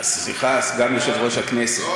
סליחה, סגן יושב-ראש הכנסת.